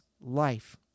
life